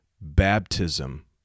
Baptism